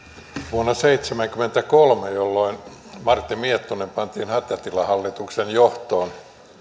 vuonna seitsemänkymmentäkolme jolloin martti miettunen pantiin hätätilahallituksen johtoon